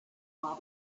all